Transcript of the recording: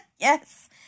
Yes